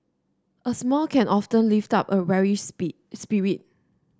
a smile can often lift up a weary spirit